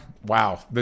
Wow